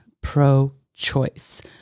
pro-choice